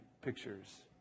pictures